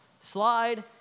Slide